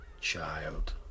Child